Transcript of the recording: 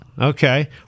Okay